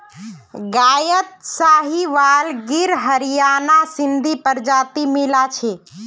गायत साहीवाल गिर हरियाणा सिंधी प्रजाति मिला छ